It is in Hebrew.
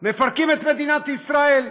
מפרקים את מדינת ישראל.